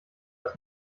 das